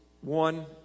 one